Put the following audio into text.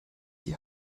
die